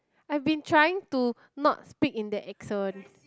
I've been trying to not speak in that accent